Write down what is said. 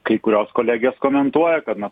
kai kurios kolegės komentuoja kad na